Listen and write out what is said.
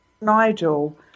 Nigel